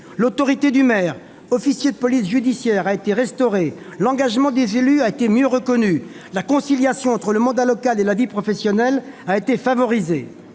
L'autorité du maire, officier de police judiciaire, a été restaurée. L'engagement des élus a été mieux reconnu. La conciliation entre le mandat local et la vie professionnelle a été favorisée.